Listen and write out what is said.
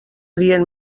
dient